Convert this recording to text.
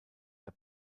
der